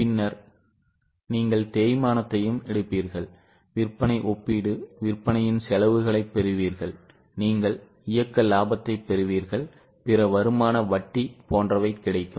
பின்னர் நீங்கள் தேய்மானத்தையும் எடுப்பீர்கள் விற்பனை ஒப்பீடு விற்பனையின் செலவுகளைப் பெறுவீர்கள் நீங்கள் இயக்க லாபத்தைப் பெறுவீர்கள் பிற வருமான வட்டி போன்றவை கிடைக்கும்